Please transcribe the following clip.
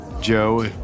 Joe